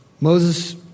Moses